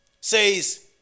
says